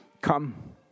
Come